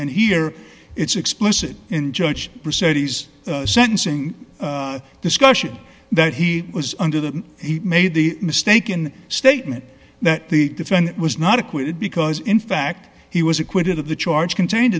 and here it's explicit in judge for said he's sentencing discussion that he was under the he made the mistake in statement that the defendant was not acquitted because in fact he was acquitted of the charge contained